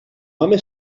home